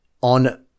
on